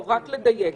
רק לדייק.